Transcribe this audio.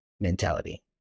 mentality